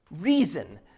reason